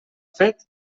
fet